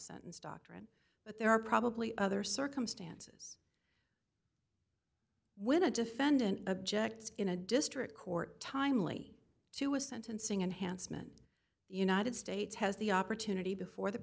sentence doctrine but there are probably other circumstances when a defendant objects in a district court timely to a sentencing and hansen united states has the opportunity